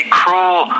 cruel